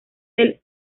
del